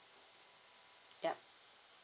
ya